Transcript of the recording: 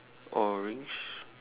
orange